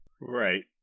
Right